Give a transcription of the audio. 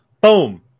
boom